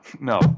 no